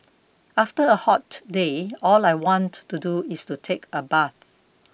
after a hot day all I want to do is take a bath